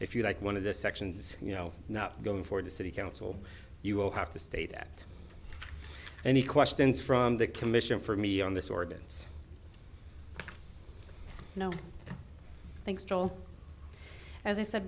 if you like one of the sections you know now going for the city council you will have to state that any questions from the commission for me on this ordinance no thanks troll as i said